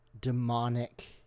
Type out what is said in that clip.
demonic